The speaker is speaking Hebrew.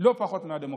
לא פחות מהדמוקרטיה.